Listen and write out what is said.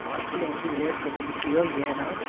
வாழ்க்கையில் வந்து விளையாட்டு ரொம்ப முக்கியம் ஏன்னா